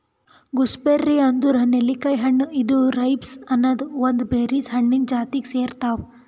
gooseberry ಅಂದುರ್ ನೆಲ್ಲಿಕಾಯಿ ಹಣ್ಣ ಇದು ರೈಬ್ಸ್ ಅನದ್ ಒಂದ್ ಬೆರೀಸ್ ಹಣ್ಣಿಂದ್ ಜಾತಿಗ್ ಸೇರ್ತಾವ್